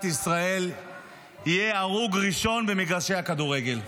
ישראל יהיה הרוג ראשון במגרשי הכדורגל,